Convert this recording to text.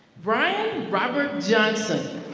brian robert johnson.